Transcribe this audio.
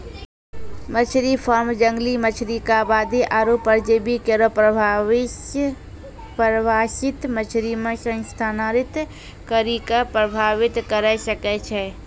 मछरी फार्म जंगली मछरी क आबादी आरु परजीवी केरो प्रवासित मछरी म स्थानांतरित करि कॅ प्रभावित करे सकै छै